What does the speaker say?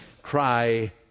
Cry